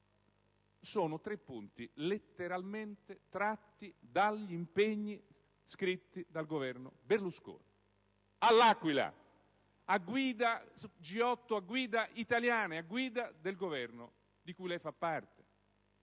contrario sono letteralmente tratti dagli impegni scritti dal Governo Berlusconi all'Aquila in occasione del G8 a guida italiana, a guida del Governo di cui lei fa parte.